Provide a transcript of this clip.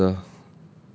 I haus ah